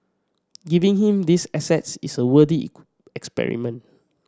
giving him these assets is a experiment